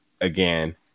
again